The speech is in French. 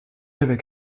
avec